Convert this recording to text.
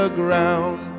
ground